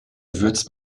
würzt